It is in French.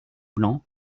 blanc